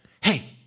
Hey